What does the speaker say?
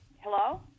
Hello